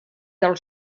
del